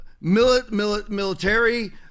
military